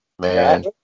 Man